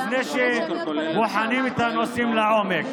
לפני שבוחנים את הנושאים לעומק.